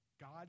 God